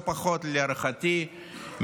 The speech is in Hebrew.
להערכתי,